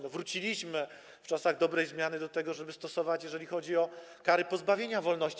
My wróciliśmy w czasach dobrej zmiany do tego, żeby go stosować, jeżeli chodzi o kary pozbawienia wolności.